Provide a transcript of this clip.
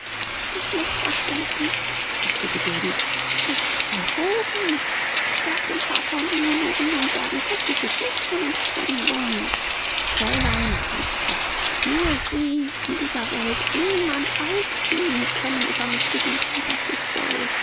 das mißverständnis sagte sie bebend ist gehoben ich darf dem vater und leonoren nun sagen daß sie sich nicht von uns trennen wollen fräulein rief frock nur sie in dieser welt niemand als sie können über mich gebieten was ich soll